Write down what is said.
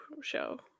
show